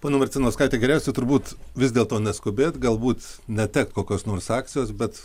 ponia marcinauskaite geriausiai turbūt vis dėlto neskubėt galbūt netekt kokios nors akcijos bet